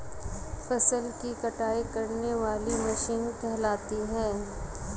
फसल की कटाई करने वाली मशीन कहलाती है?